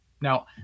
Now